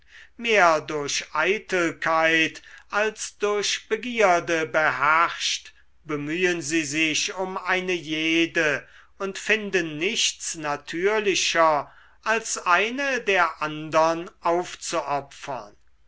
mehr durch eitelkeit als durch begierde beherrscht bemühen sie sich um eine jede und finden nichts natürlicher als eine der andern aufzuopfern